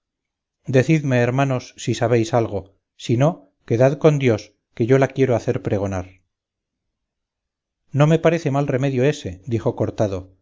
decidme hermanos si sabéis algo si no quedad con dios que yo la quiero hacer pregonar no me parece mal remedio ese dijo cortado